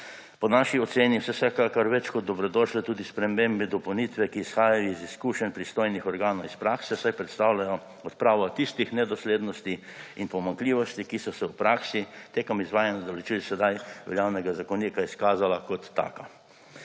Po naši oceni so vsekakor več kot dobrodošle tudi spremembe in dopolnitve, ki izhajajo iz izkušenj pristojnih organov iz prakse, saj predstavljajo odpravo tistih nedoslednosti in pomanjkljivosti, ki so se v praksi tekom izvajanja določil sedaj veljavnega zakonika izkazale kot take.